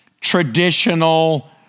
traditional